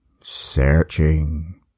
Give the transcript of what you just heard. Searching